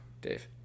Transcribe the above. Dave